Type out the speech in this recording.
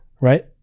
right